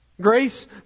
grace